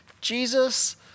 Jesus